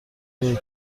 جای